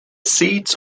seeds